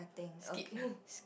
skip